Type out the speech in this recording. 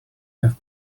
have